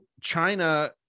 China